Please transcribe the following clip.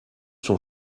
son